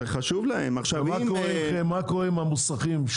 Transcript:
מה קורה עם המוסכים?